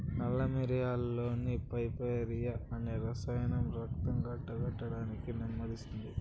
నల్ల మిరియాలులోని పైపెరిన్ అనే రసాయనం రక్తం గడ్డకట్టడాన్ని నెమ్మదిస్తుంది